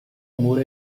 امور